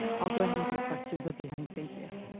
i'll go ahead and take questions at the end, thank you.